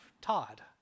Todd